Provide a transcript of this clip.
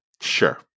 Sure